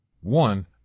One